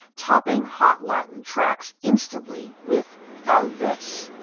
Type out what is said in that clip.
topping hot latin tracks instantly with karl vess